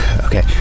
Okay